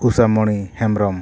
ᱩᱥᱟᱢᱚᱱᱤ Hembrom